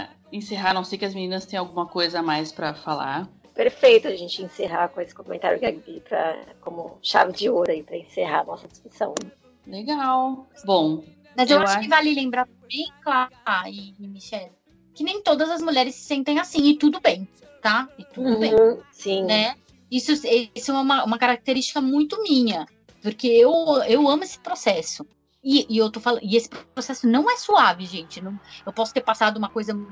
encerrar, a não ser que as meninas tenham alguma coisa a mais pra falar. Perfeito, a gente encerrar com esse comentário que a Gabi pra- como chave de ouro aí pra encerrar a nossa discussão. Legal. Bom, Mas eu eu acho que acho- vale lembrar também, Clara e- e Michele, que nem todas as mulheres se sentem assim, e tudo bem, tá? E tudo bem, Uhum, sim. né? Isso- isso é uma- uma característica muito minha, porque eu- eu amo esse processo. E- e eu tô falando- e esse processo não é suave, gente, não- eu posso ter passado uma coisa